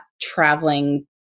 traveling